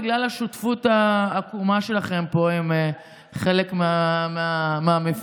בגלל השותפות העקומה שלכם פה עם חלק מהמפלגות,